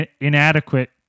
inadequate